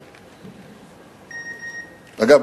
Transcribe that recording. אגב,